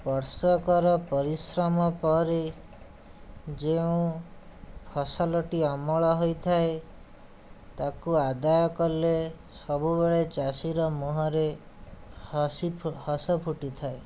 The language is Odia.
ବର୍ଷକର ପରିଶ୍ରମ ପରେ ଯେଉଁ ଫସଲଟି ଅମଳ ହୋଇଥାଏ ତାକୁ ଆଦାୟ କଲେ ସବୁବେଳେ ଚାଷୀର ମୁହଁରେ ହସ ଫୁଟିଥାଏ